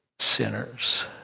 Sinners